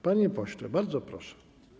Panie pośle, bardzo proszę.